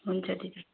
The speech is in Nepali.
हुन्छ दिदी